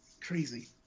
Crazy